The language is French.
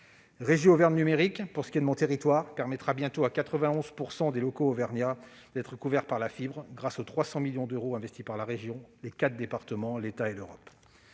régie Auvergne Numérique permettra bientôt à 91 % des locaux auvergnats d'être couverts par la fibre, grâce aux 300 millions d'euros investis par la région, les quatre départements, l'État et l'Europe.